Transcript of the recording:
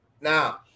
now